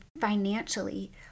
financially